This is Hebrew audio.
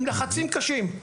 עם לחצים קשים,